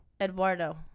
Eduardo